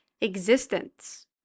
existence